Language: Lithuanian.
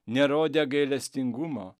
nerodę gailestingumo